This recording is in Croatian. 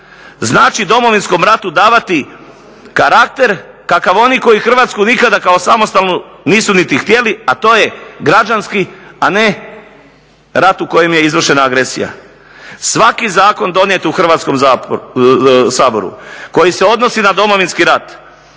znači Domovinskom ratu davati karakter kakav oni koji Hrvatsku nikada kao samostalnu nisu niti htjeli, a to je građanski, a ne rat u kojem je izvršena agresija. Svaki zakon donijet u Hrvatskom saboru koji se odnosi na Domovinski rat